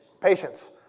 Patience